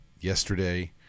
yesterday